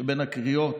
שבין הקריאה